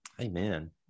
Amen